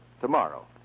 tomorrow